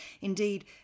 Indeed